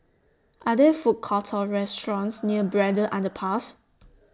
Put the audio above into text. Are There Food Courts Or restaurants near Braddell Underpass